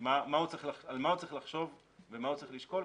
על מה הוא צריך לחשוב ומה הוא צריך לשקול.